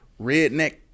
redneck